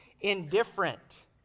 indifferent